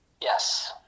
Yes